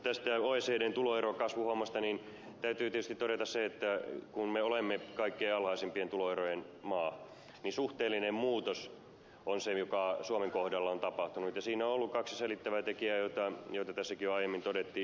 mutta oecdn tuloerokasvuhommasta täytyy tietysti todeta se että kun me olemme kaikkein alhaisimpien tuloerojen maa niin suhteellinen muutos on se joka suomen kohdalla on tapahtunut ja siinä on ollut kaksi selittävää tekijää jotka tässäkin jo aiemmin todettiin